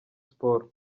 sports